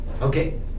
Okay